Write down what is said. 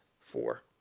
four